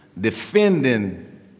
defending